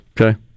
Okay